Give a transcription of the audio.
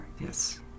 Yes